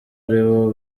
aribo